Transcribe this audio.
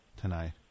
tonight